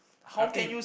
I don't think